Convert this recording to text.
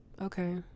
okay